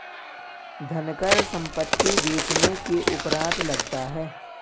धनकर संपत्ति बेचने के उपरांत लगता है